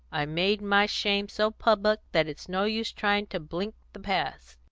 i made my shame so public that it's no use trying to blink the past.